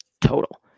total